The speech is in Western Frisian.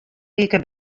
wike